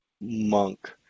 monk